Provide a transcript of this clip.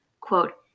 quote